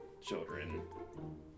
children